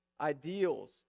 ideals